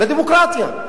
לדמוקרטיה.